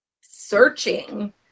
searching